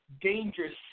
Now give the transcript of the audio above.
dangerous